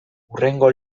hurrengo